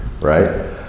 right